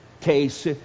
case